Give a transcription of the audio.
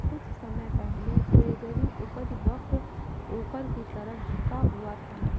कुछ समय पहले ट्रेजरी उपज वक्र ऊपर की तरफ झुका हुआ था